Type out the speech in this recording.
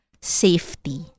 safety